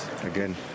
Again